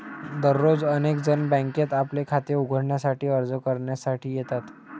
दररोज अनेक जण बँकेत आपले खाते उघडण्यासाठी अर्ज करण्यासाठी येतात